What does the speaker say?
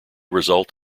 result